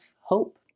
hope